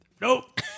nope